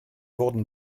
wurden